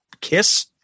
Kiss